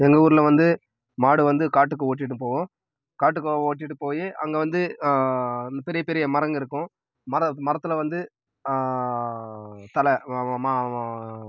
எங்கள் ஊர்ல வந்து மாடை வந்து காட்டுக்கு ஓட்டிகிட்டு போவோம் காட்டுக்கு ஓட்டிகிட்டு போய் அங்கே வந்து இந்த பெரிய பெரிய மரங்க இருக்கும் மர மரத்தில் வந்து தழை மா